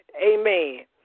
amen